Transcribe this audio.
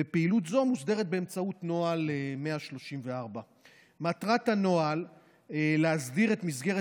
ופעילות זו מוסדרת באמצעות נוהל 134. מטרת הנוהל להסדיר את מסגרת